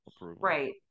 right